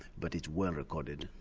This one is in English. but it's well recorded.